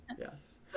yes